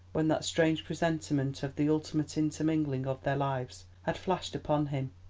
when that strange presentiment of the ultimate intermingling of their lives had flashed upon him,